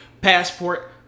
Passport